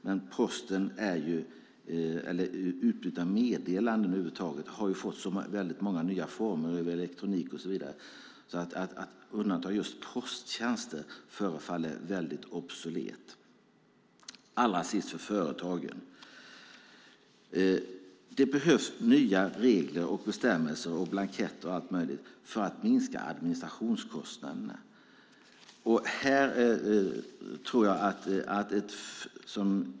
Men posten eller utbyte av meddelanden över huvud taget har fått så många nya former genom elektronik och så vidare. Att undanta just posttjänster från moms förefaller därför mycket obsolet. Allra sist ska jag ta upp företagen. Det behövs nya regler, bestämmelser, blanketter och så vidare för att minska administrationskostnaderna.